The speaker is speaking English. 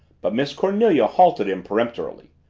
but miss cornelia halted him peremptorily.